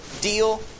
deal